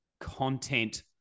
content